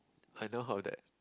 I never heard of that